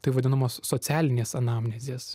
taip vadinamos socialinės anamnezės